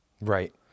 Right